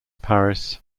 paris